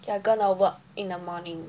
you're gonna work in the morning